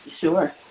Sure